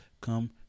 Come